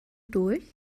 durch